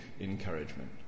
encouragement